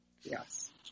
Yes